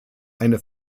eine